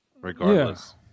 Regardless